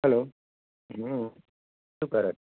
hello હમ શું કરે છે